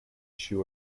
shoe